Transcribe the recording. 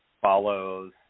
follows